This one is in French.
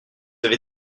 avez